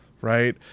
right